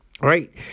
right